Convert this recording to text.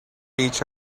teach